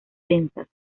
tensas